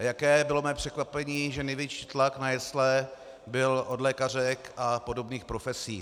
Jaké bylo mé překvapení, že největší tlak na jesle byl od lékařek a podobných profesí.